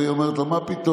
והיא אומרת לו: מה פתאום?